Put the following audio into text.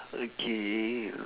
okay